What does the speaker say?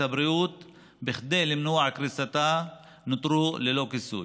הבריאות כדי למנוע קריסתה נותרו ללא כיסוי.